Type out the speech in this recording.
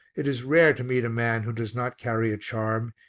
it is rare to meet a man who does not carry a charm,